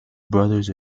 brothers